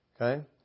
Okay